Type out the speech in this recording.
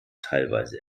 teilweise